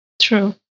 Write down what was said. True